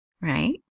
right